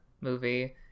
movie